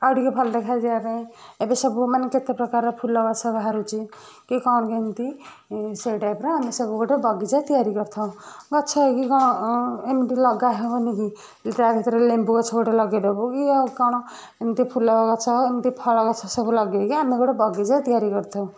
ଆଉଟିକେ ଭଲଦେଖା ଯିବାପାଇଁ ଏବେସବୁ ମାନେ କେତେପ୍ରକାରର ଫୁଲଗଛ ବାହାରୁଛି କି କ'ଣ କେମତି ସେଇ ଟାଇପର ଆମେ ସବୁ ଗୋଟେ ବଗିଚା ତିଆରି କରିଥାଉ ଗଛ ହେଇକି କ'ଣ ଏମତି ଲଗା ହେଉନି କି ତା ଭିତରେ ଲେମ୍ବୁ ଗଛ ଗୋଟେ ଲଗେଇଦବୁ କି କ'ଣ ଏମତି ଫୁଲଗଛ ଏମତି ଫଳଗଛ ସବୁ ଲଗେଇକି ଆମେ ଗୋଟେ ବଗିଚା ତିଆରି କରିଥାଉ